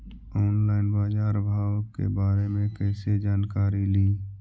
Online बाजार भाव के बारे मे कैसे जानकारी ली?